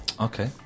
Okay